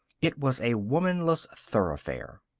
it was a womanless thoroughfare.